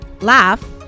laugh